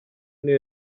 niyo